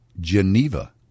Geneva